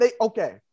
okay